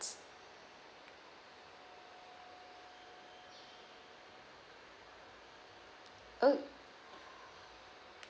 oh